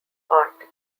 art